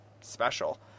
special